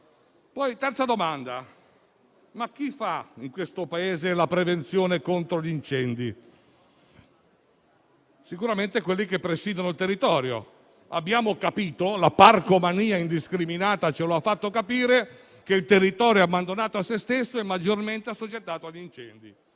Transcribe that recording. Altra domanda: in questo Paese chi fa la prevenzione contro gli incendi? Sicuramente quelli che presidiano il territorio. Abbiamo capito - la parco mania indiscriminata ce lo ha fatto capire - che il territorio abbandonato a sé stesso è maggiormente assoggettato agli incendi;